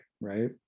right